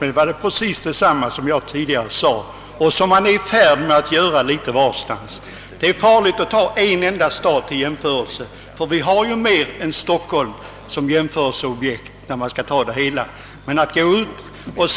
Det var just det som jag tidigare sade och som man är i färd med att göra litet varstans. Det är farligt att ta en enda stad till jämförelseobjekt. Vi har ju flera städer än Stockholm som jämförelseobjekt, när man skall se på frågan i dess helhet.